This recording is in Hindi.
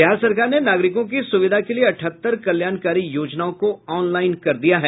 बिहार सरकार ने नागरिकों की सुविधा के लिए अठहत्तर कल्याणकारी योजनाओं को ऑनलाईन कर दिया है